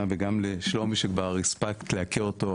וגם לשלומי שכבר הספקת להכיר אותו,